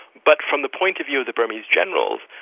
but from the point of view of the burmese generals,